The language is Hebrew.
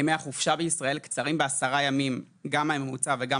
ימי החופשה בישראל קצרים ב-10 ימים גם מהממוצע וגם